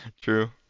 true